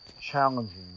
challenging